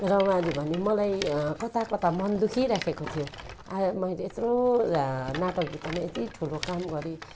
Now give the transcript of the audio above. र उहाँले भन्यो मलाई कता कता मन दुखिरहेको थियो आज मैले यत्रो नाटक विधामा यत्ति ठुलो काम गरेँ